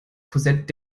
korsett